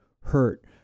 hurt